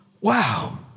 wow